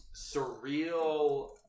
surreal